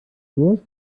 durst